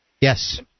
Yes